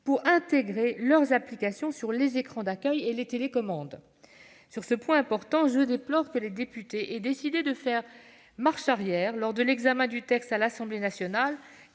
pour intégrer leurs applications sur les écrans d'accueil et les télécommandes. Sur ce point important, je déplore que les députés aient décidé de faire marche arrière, lors de l'examen du texte à l'Assemblée nationale,